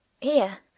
Here